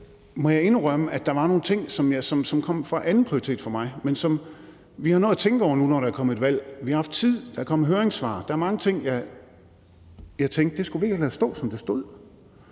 skulle anbringes, var nogle ting, som kom som andenprioritet for mig, men som vi har nået at tænke over, nu der har været et valg. Vi har haft tid, og der er kommet høringssvar. Der er mange ting, som jeg tænker at vi ikke skulle have ladet stå, som det stod.